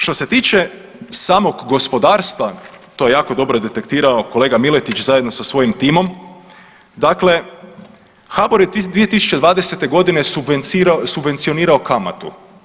Što se tiče samog gospodarstva, to je jako dobro detektirao kolega Miletić zajedno sa svojim timom, dakle HBOR je 2020.g. subvencionirao kamatu.